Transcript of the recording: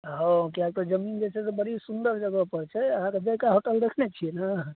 किएक तऽ जमीन जे छै से बड़ी सुन्दर जगहपर छै अहाँके जायका होटल देखने छियै ने